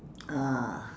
ah